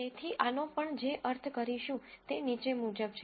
તેથી આનો આપણ જે અર્થ કરીશું તે નીચે મુજબ છે